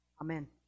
Amen